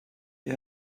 you